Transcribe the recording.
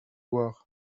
loire